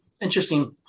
interesting